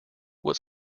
what